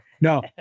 No